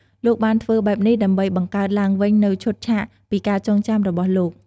លោកបានធ្វើបែបនេះដើម្បីបង្កើតឡើងវិញនូវឈុតឆាកពីការចងចាំរបស់លោក។